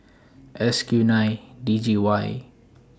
S Q nine D G Y